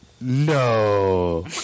no